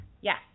Yes